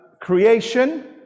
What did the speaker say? creation